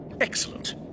Excellent